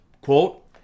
quote